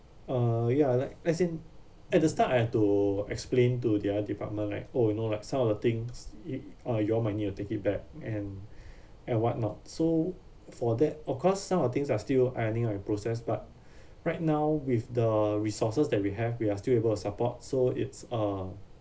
uh ya like as in at the start I have to explain to their department like oh you know like some of the things it uh you all might need to take it back and and whatnot so for that of course some of things are still ironing out the process but right now with the resources that we have we are still able to support so it's uh